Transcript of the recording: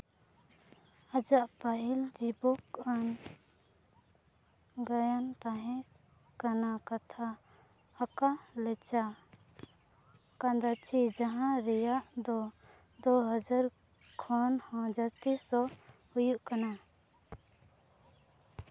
ᱟᱡᱟᱜ ᱯᱟᱹᱦᱤᱞ ᱡᱤᱵᱚᱠ ᱟᱱ ᱜᱟᱭᱟᱱ ᱛᱟᱦᱮᱸ ᱠᱟᱱᱟ ᱠᱟᱛᱷᱟ ᱟᱠᱟᱞᱮᱪᱟ ᱠᱟᱱᱫᱟᱪᱤ ᱡᱟᱦᱟᱸ ᱨᱮᱭᱟᱜ ᱫᱚ ᱫᱩ ᱦᱟᱡᱟᱨ ᱠᱷᱚᱱ ᱦᱚᱸ ᱡᱟᱹᱥᱛᱤ ᱥᱳ ᱦᱩᱭᱩᱜ ᱠᱟᱱᱟ